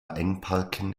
einparken